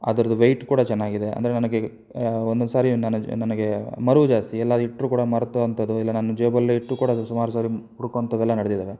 ಅದರದ್ದು ವೆಯ್ಟ್ ಕೂಡ ಚೆನ್ನಾಗಿದೆ ಅಂದರೆ ನನಗೆ ಒಂದೊಂದ್ಸಾರಿ ನನಗೆ ಮರೆವು ಜಾಸ್ತಿ ಎಲ್ಲಾದ್ರ್ ಇಟ್ಟರೂ ಕೂಡ ಮರೆಯುವಂಥದು ಇಲ್ಲ ನಾನು ಜೇಬಲ್ಲೇ ಇಟ್ಟು ಕೂಡ ಅದು ಸುಮಾರು ಸರಿ ಹುಡುಕುವಂಥದ್ದೆಲ್ಲ ನಡ್ದಿದಾವೆ